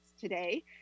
today